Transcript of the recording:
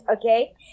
okay